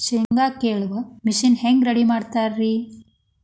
ಶೇಂಗಾ ಕೇಳುವ ಮಿಷನ್ ಹೆಂಗ್ ರೆಡಿ ಮಾಡತಾರ ರಿ?